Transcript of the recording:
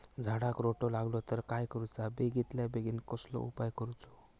झाडाक रोटो लागलो तर काय करुचा बेगितल्या बेगीन कसलो उपाय करूचो?